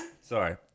Sorry